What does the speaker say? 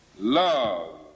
Love